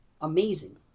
Amazing